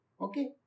Okay